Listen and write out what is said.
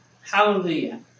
Hallelujah